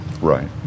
right